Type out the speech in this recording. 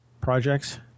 projects